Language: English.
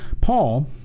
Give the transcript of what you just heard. Paul